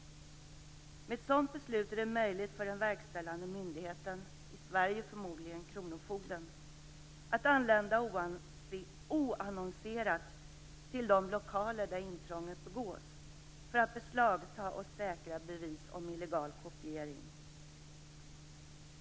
Med ett sådant beslut är det möjligt för den verkställande myndigheten - i Sverige förmodligen kronofogden - att anlända oannonserat till de lokaler där intrånget begås för att beslagta och säkra bevis om illegal kopiering.